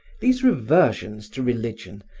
these reversions to religion,